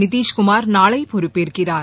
நிதிஷ்குமார் நாளை பொறுப்பேற்கிறார்